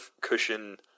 cushion